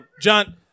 John